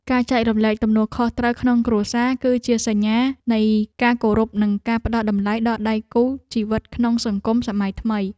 ការចែករំលែកទំនួលខុសត្រូវក្នុងគ្រួសារ គឺជាសញ្ញានៃការគោរពនិងការផ្តល់តម្លៃដល់ដៃគូជីវិតក្នុងសង្គមសម័យថ្មី។